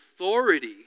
authority